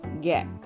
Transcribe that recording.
get